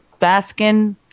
Baskin